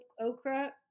okra